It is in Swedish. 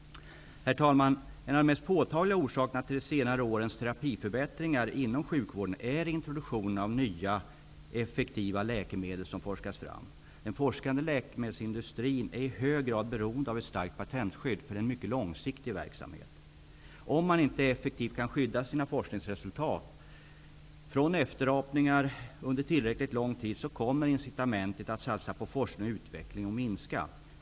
Herr talman! En av de mest påtagliga orsakerna till de senare årens terapiförbättringar inom sjukvården är introduktion av nya, mer effektiva, läkemedel som forskats fram. Den forskande läkemedelsindustrin är i hög grad beroende av ett starkt patentskydd för en mycket långsiktig verksamhet. Om man inte effektivt kan skydda sina forskningsresultat från efterapningar under en tillräckligt lång tid, kommer incitamentet att satsa på forskning och utveckling att minska.